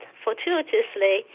fortuitously